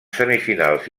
semifinals